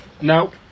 No